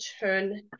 turn